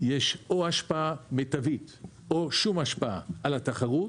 יש או השפעה מיטבית או שום השפעה על התחרות,